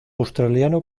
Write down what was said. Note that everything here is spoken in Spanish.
australiano